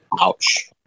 Ouch